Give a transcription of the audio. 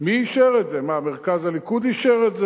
מי אישר את זה?